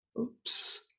Oops